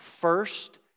first